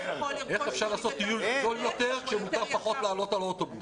איך אפשר לעשות טיול זול יותר כשמותר פחות לעלות על האוטובוס,